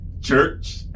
church